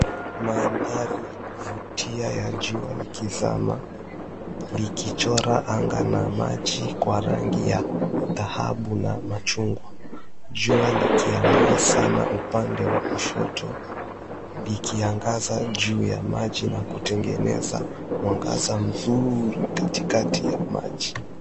Mandhari ya kuvutia ya jua likizama likichora anga na maji kwa rangi ya dhahabu na machungwa jua likiang'aa sana upande wa kushoto likiangaza juu ya maji na kutengeneza mwangaza mzuri katikati ya maji.